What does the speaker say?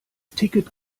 ticket